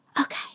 okay